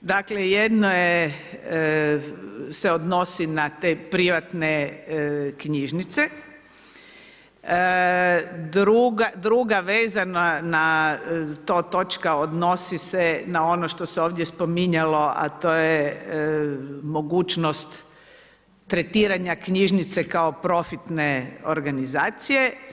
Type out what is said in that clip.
Dakle jedno se odnosi na te privatne knjižnice, druga vezana na to točka odnosi se na ono što se ovdje spominjalo, a to je mogućnost tretiranja knjižnice kao profitne organizacije.